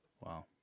Wow